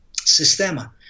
Sistema